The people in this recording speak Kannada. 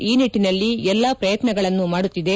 ಈ ನಿಟ್ಲನಲ್ಲಿ ಎಲ್ಲ ಪ್ರಯತ್ನಗಳನ್ನು ಮಾಡುತ್ತಿದೆ